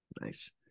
Nice